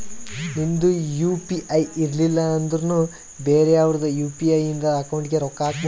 ನಿಂದ್ U P I ಇರ್ಲಿಲ್ಲ ಅಂದುರ್ನು ಬೇರೆ ಅವ್ರದ್ ಯು.ಪಿ.ಐ ಇಂದ ಅಕೌಂಟ್ಗ್ ರೊಕ್ಕಾ ಹಾಕ್ಬೋದು